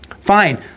Fine